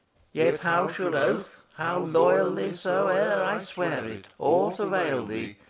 yet how should oath how loyally soe'er i swear it aught avail thee?